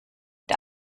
der